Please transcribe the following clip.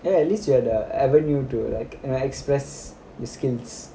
ya at least you have the avenue to like uh express your skills